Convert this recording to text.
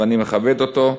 ואני מכבד אותו,